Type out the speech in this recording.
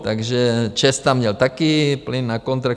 Takže ČEZ tam měl taky plyn na kontrakt.